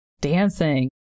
dancing